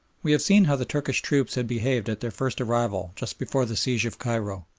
we have seen how the turkish troops had behaved at their first arrival just before the siege of cairo,